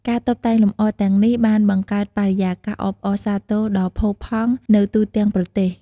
ការតុបតែងលម្អទាំងនេះបានបង្កើតបរិយាកាសអបអរសាទរដ៏ផូរផង់នៅទូទាំងប្រទេស។